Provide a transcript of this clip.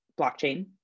blockchain